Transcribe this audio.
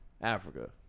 Africa